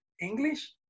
English